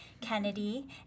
Kennedy